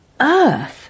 earth